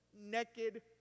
Naked